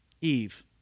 Eve